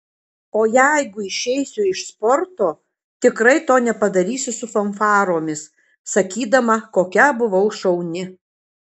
o jeigu išeisiu iš sporto tikrai to nepadarysiu su fanfaromis sakydama kokia buvau šauni